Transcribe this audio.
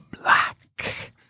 Black